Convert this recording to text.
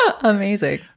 Amazing